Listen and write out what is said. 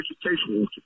educational